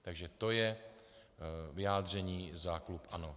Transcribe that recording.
Takže to je vyjádření za klub ANO.